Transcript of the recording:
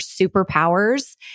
superpowers